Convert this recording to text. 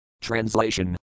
Translation